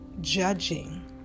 judging